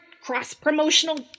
cross-promotional